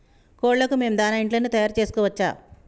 కోళ్లకు మేము దాణా ఇంట్లోనే తయారు చేసుకోవచ్చా?